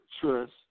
trust